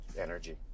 energy